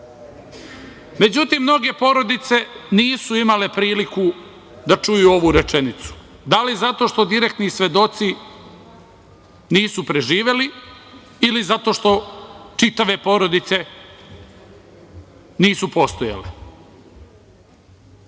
godine.Međutim, mnoge porodice nisu imale priliku da čuju ovu rečenicu. Da li zato što direktni svedoci nisu preživeli, ili zato što čitave porodice nisu postojale? Na